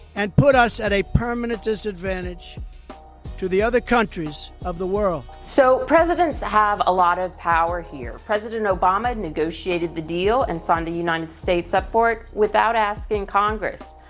and put us at a permanent disadvantage to the other countries of the world. so presidents have a lot of power here. president obama negotiated the deal and signed the united states up for it without asking congress.